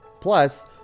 Plus